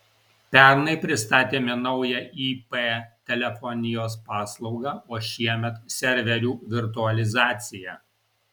pernai pristatėme naują ip telefonijos paslaugą o šiemet serverių virtualizaciją